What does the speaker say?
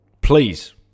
please